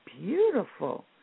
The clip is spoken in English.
beautiful